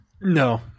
No